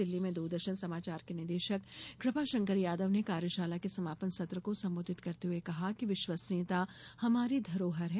दिल्ली में दूरदर्शन समाचार के निदेशक कृपाशंकर यादव ने कार्यशाला के समापन सत्र को संबोधित करते हुए कहा कि विश्वसनीयता हमारी धरोहर है